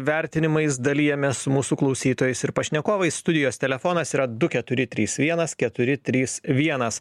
vertinimais dalijamės su mūsų klausytojais ir pašnekovais studijos telefonas yra du keturi trys vienas keturi trys vienas